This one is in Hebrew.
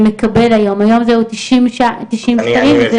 היום זה תשעים שקלים.